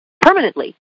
permanently